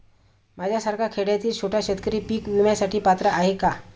माझ्यासारखा खेड्यातील छोटा शेतकरी पीक विम्यासाठी पात्र आहे का?